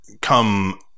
come